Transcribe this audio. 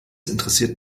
interessiert